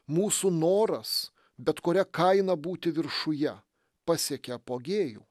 mūsų noras bet kuria kaina būti viršuje pasiekia apogėjų